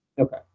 Okay